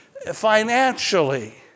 financially